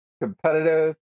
competitive